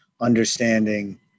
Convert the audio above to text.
understanding